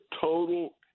total